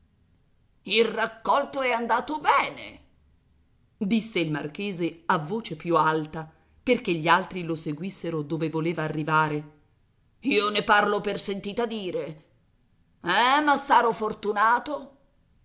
il raccolto è andato bene disse il marchese a voce più alta perché gli altri lo seguissero dove voleva arrivare io ne parlo per sentita dire eh eh massaro fortunato